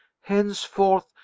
henceforth